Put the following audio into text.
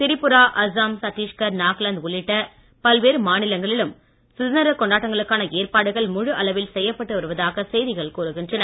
திரிபுரா அஸ்சாம் சட்டீஷ்கர் நாகாலாந்து உள்ளிட்ட பல்வேறு மாநிலங்களிலும் சுதந்திர கொண்டாட்டங்களுக்கான ஏற்பாடுகள் முழு அளவில் செய்யப்பட்டு வருவதாக செய்திகள் கூறுகின்றன